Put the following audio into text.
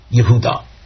Yehuda